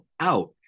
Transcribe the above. out